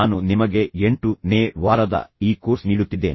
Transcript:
ನಾನು ನಿಮಗೆ 8ನೇ ವಾರದ ಈ ಕೋರ್ಸ್ ನೀಡುತ್ತಿದ್ದೇನೆ